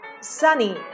Sunny